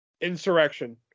Insurrection